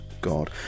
God